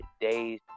days